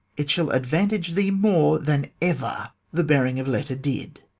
it shall advantage thee more than ever the bearing of letter did.